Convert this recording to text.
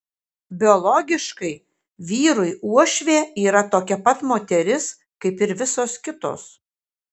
biologiškai vyrui uošvė yra tokia pat moteris kaip visos kitos